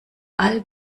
all